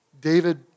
David